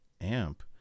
amp